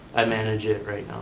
i manage it right